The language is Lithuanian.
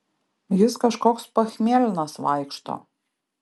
jis kažkoks pachmielnas vaikšto